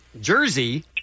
Jersey